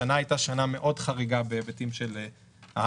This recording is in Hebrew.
השנה הייתה שנה מאוד חריגה בהיבטים של ההייטק,